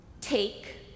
Take